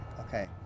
Okay